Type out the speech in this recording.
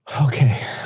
Okay